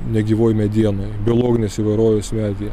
negyvoj medienoj biologinės įvairovės medyje